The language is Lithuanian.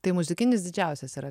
tai muzikinis didžiausias yra